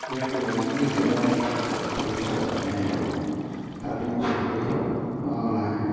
வண்டி வாங்கி க் வேலைக்கு போகிறத்துக்கு வர்றத்துக்குனு யூஸ் ஆகுமே அப்படின்னு சொல்லி வாங்கினேன்